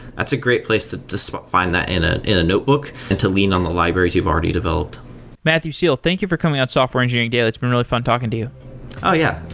that's a great place to to so find that in ah in a notebook and to lean on the libraries you've already developed matthew seal, thank you for coming on software engineering daily. it's been really fun talking to you yeah,